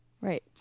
Right